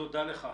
תודה לך,